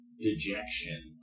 dejection